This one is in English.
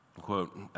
quote